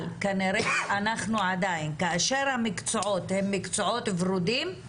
כאשר המקצועות הם מקצועות ורודים,